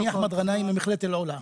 אני אחמד גנאים ממכללת אלעולא.